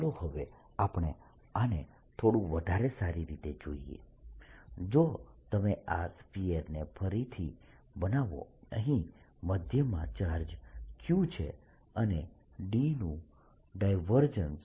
ચાલો હવે આપણે આને થોડું વધારે સારી રીતે જોઈએ જો તમે આ સ્ફીયરને ફરીથી બનાવો અહીં મધ્યમાં ચાર્જ Q છે અને D નું ડાયવર્જેન્સ